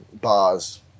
bars